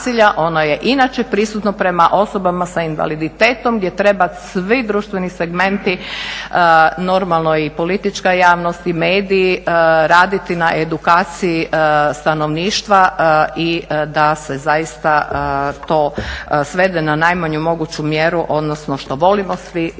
ono je inače prisutno prema osobama sa invaliditetom gdje treba da svi društveni segmenti normalno i politička javnost i mediji, raditi na edukaciji stanovništva i da se zaista to svede na najmanju moguću mjeru odnosno što volimo svi